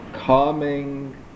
Calming